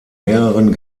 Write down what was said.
mehreren